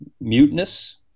muteness